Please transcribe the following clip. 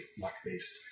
luck-based